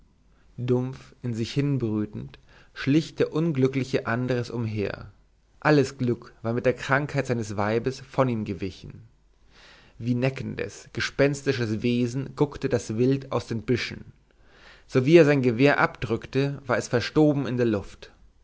dumpf in sich hinbrütend schlich der unglückliche andres umher alles glück war mit der krankheit seines weibes von ihm gewichen wie neckendes gespenstisches wesen guckte das wild aus den büschen sowie er sein gewehr abdrückte war es verstoben in der luft